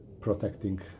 protecting